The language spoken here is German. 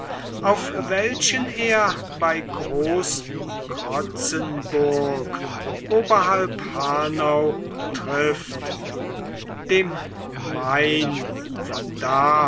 auf welchen er bei großkrotzenburg oberhalb hanau trifft dem main von da